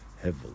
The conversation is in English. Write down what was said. heavily